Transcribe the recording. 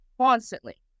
Constantly